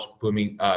booming